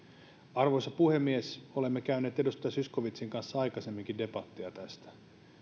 arvoisa puhemies olemme käyneet edustaja zyskowiczin kanssa aikaisemminkin debattia tästä